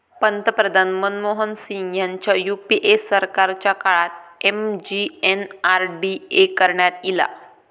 पंतप्रधान मनमोहन सिंग ह्यांच्या यूपीए सरकारच्या काळात एम.जी.एन.आर.डी.ए करण्यात ईला